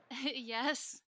Yes